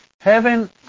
Heaven